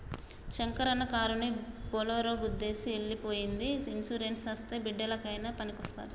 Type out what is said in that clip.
శంకరన్న కారుని బోలోరో గుద్దేసి ఎల్లి పోయ్యింది ఇన్సూరెన్స్ అస్తే బిడ్డలకయినా పనికొస్తాది